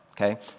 okay